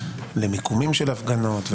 למיקומים של הפגנות,